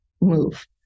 move